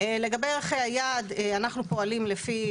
לגבי ערכי היעד: אנחנו פועלים לפי